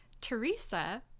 Teresa